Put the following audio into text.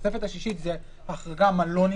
התוספת השישית זה החרגה מה לא נמצא